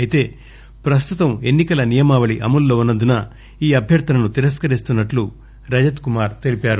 అయితే ప్రస్తుతం ఎన్సి కల నియమావళి అమల్లో ఉన్నందున ఈ అభ్యర్దనను తిరస్కరిస్తున్నట్టు రజత్ కుమార్ తెలిపారు